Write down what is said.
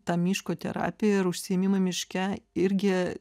ta miško terapija ir užsiėmimai miške irgi